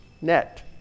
net